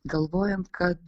galvojant kad